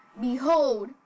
Behold